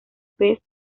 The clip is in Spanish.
pez